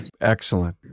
Excellent